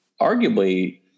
arguably